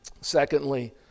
Secondly